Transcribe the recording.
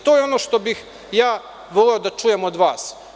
To je ono što bih ja voleo da čujem od vas.